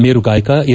ಮೇರು ಗಾಯಕ ಎಸ್